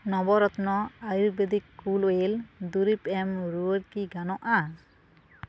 Navratna ayurvedic cool oil ᱫᱩᱨᱤᱵᱽ ᱮᱢ ᱨᱩᱣᱟᱹᱲ ᱠᱤ ᱜᱟᱱᱚᱜᱼᱟ